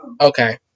okay